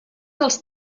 dels